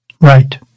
Right